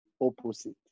opposite